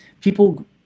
People